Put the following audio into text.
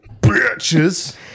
bitches